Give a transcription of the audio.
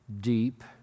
deep